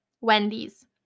Wendy's